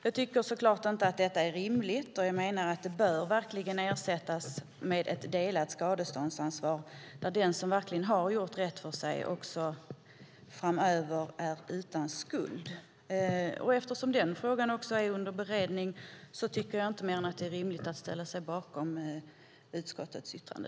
Jag tycker så klart inte att detta är rimligt och menar att det verkligen bör ersättas med ett delat skadeståndsansvar, så att den som verkligen har gjort rätt för sig också framöver ska vara utan skuld. Eftersom också den frågan är under beredning tycker jag inte att det är annat än rimligt att jag också här ställer mig bakom utskottets yttrande.